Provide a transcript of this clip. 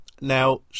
now